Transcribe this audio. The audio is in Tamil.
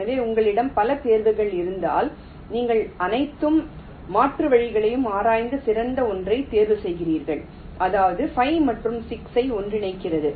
எனவே உங்களிடம் பல தேர்வுகள் இருந்தால் நீங்கள் அனைத்து மாற்று வழிகளையும் ஆராய்ந்து சிறந்த ஒன்றைத் தேர்வுசெய்கிறீர்கள் அதாவது 5 மற்றும் 6 ஐ ஒன்றிணைக்கிறது